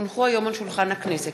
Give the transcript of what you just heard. כי הונחו היום על שולחן הכנסת,